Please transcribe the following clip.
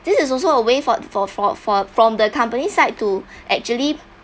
this is also a way for for for for from the company side to actually